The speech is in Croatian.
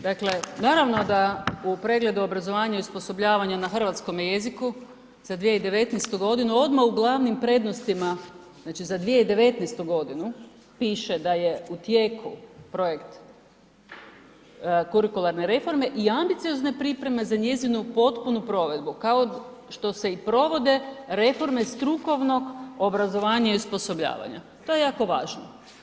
Dakle, naravno da u pregledu obrazovanja i osposobljavanja na hrvatskom je jeziku za 2019. godinu odmah u glavnim prednostima znači za 2019. godinu piše da je tijelu projekt kurikularne reforme i ambiciozne pripreme za njezinu potpunu provedbu kao što se i provode reforme strukovnog obrazovanja i osposobljavanja, to je jako važno.